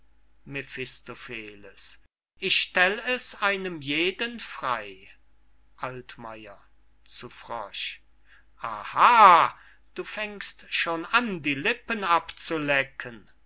mephistopheles ich stell es einem jeden frey altmayer zu frosch aha du fängst schon an die lippen abzulecken